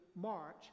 march